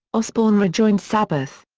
osbourne rejoined sabbath.